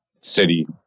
city